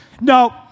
No